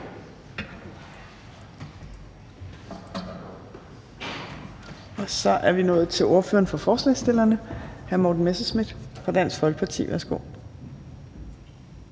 Så er vi nået til ordføreren for forslagsstillerne, hr. Morten Messerschmidt fra Dansk Folkeparti. Værsgo.